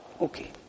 Okay